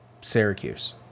Syracuse